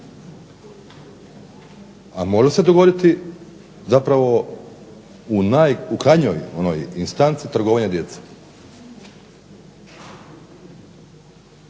a može se dogoditi zapravo u krajnjoj onoj instanci trgovanje djece.